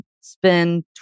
spend